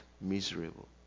miserable